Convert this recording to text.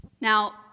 Now